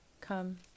Come